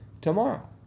tomorrow